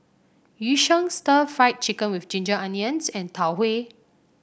Yu Sheng Stir Fried Chicken with Ginger Onions and Tau Huay